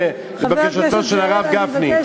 לבקשתו של הרב גפני.